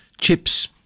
chips